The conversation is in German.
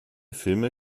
filme